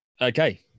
Okay